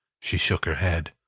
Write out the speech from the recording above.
she shook her head.